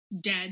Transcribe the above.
dead